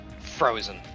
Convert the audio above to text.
frozen